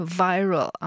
viral